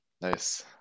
Nice